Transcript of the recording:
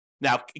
Now